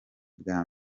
bwa